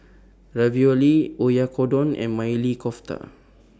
Ravioli Oyakodon and Maili Kofta